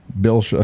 Bill